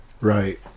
Right